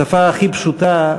בשפה הכי פשוטה,